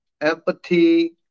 empathy